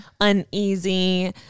uneasy